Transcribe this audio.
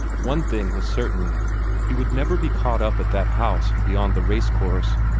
one thing was certain he would never be caught up at that house beyond the race-course,